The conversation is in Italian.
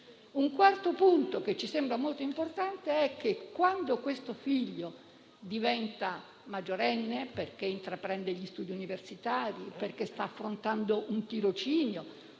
Un quarto punto che ci sembra molto importante è che quando quel figlio diventa maggiorenne, intraprende gli studi universitari o affronta un tirocinio,